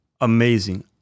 amazing